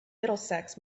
middlesex